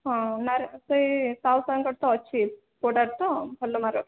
ହଁ ସେଇ ସାହୁ ସାର୍ଙ୍କ ତ ଅଛି ପୁଅଟାର ତ ଭଲ ମାର୍କ୍ ରଖିଛି